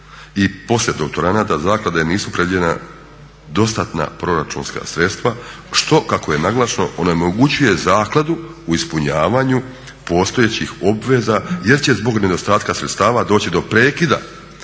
i poslijedoktoranata u zakladi nisu predviđena dostatna proračunska sredstva što kako je naglašeno onemogućuje zakladu u ispunjavanju postojećih obveza jer će zbog nedostatka sredstava doći do prekida